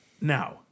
Now